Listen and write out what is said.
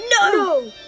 No